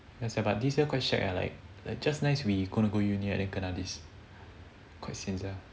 ya sia but this year quite shag ah like just nice we gonna go uni right then kena this quite sian sia